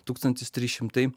tūkstantis trys šimtai